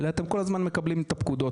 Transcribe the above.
אלא אתם כל הזמן מקבלים את הפקודות.